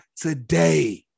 today